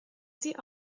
sie